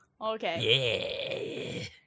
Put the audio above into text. Okay